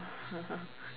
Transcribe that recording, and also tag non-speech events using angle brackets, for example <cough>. <laughs>